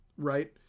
right